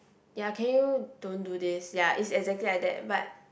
ya can you don't do this ya is exactly like that but